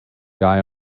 guy